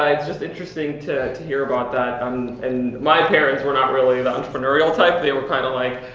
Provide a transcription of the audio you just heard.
it's just interesting to to hear about that. um and my parents were not really the entrepreneurial type, they're were kinda like,